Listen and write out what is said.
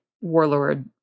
warlord